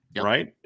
Right